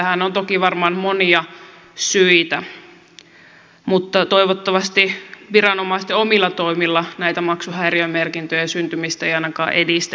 tähän on toki varmaan monia syitä mutta toivottavasti viranomaisten omilla toimilla näiden maksuhäiriömerkintöjen syntymistä ei ainakaan edistettäisi